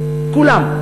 כולם.